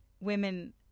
women